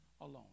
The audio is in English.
alone